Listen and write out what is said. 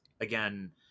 again